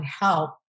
help